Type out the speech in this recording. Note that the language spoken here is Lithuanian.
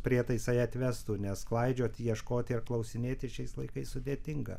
prietaisai atvestų nes klaidžioti ieškoti ir klausinėti šiais laikais sudėtinga